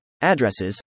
addresses